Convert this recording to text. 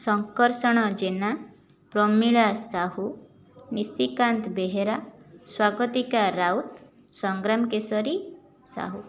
Sankarshan Jena Pramila Sahu Nishikanta Behera Swagatika Raut Sangram Keshari Sahu